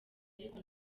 niko